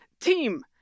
Team